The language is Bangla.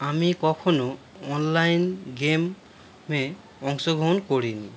আমি কখনও অনলাইন গেম মে অংশগ্রহণ করিনি